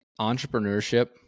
entrepreneurship